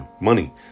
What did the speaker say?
Money